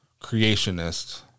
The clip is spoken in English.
Creationist